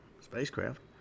spacecraft